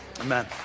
Amen